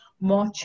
more